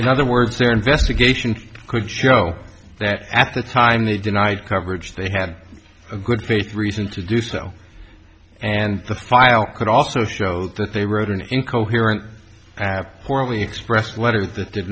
in other words their investigation could show that at the time they denied coverage they had a good faith reason to do so and the file could also show that they wrote an incoherent have poorly expressed letter that did